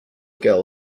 girl